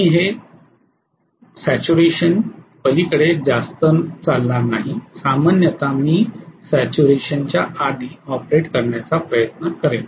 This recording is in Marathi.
मी हे संपृक्ततेच्या पलीकडे जास्त चालणार नाही सामान्यत मी संपृक्ततेच्या आधी ऑपरेट करण्याचा प्रयत्न करेन